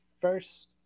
first